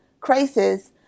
crisis